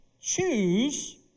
choose